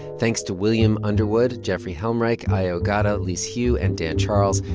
thanks to william underwood, jeffrey helmreich, aio ogata, elise hu and dan charles.